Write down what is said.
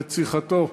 רציחתו,